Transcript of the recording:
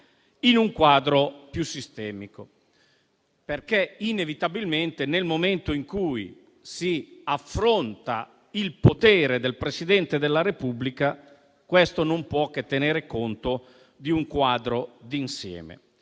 in un quadro più sistemico, perché inevitabilmente, nel momento in cui si affronta il potere del Presidente della Repubblica, questo non può che tenere conto di un quadro d'insieme.